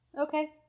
Okay